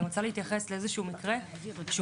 ואני רוצה להתייחס לאיזשהו מקרה שהוא